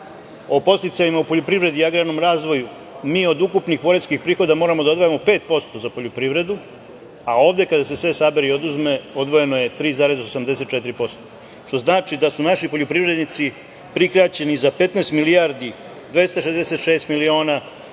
o podsticajima u poljoprivredi i agrarnom razvoju mi od ukupnih poreskih prihoda moramo da odvajamo 5% za poljoprivredu, a ovde kada se sve sabere i oduzme, odvojeno je 3,84%, što znači da su naši poljoprivrednici prikraćeni za 15.266.286.000